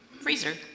freezer